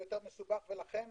יותר מסובך, לכן